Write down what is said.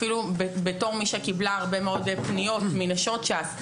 אפילו בתור מי שקיבלה הרבה מאוד פניות מנשות ש"ס.